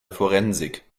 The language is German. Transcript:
forensik